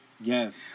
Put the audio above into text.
Yes